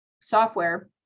software